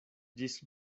ĝis